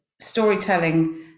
storytelling